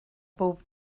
pob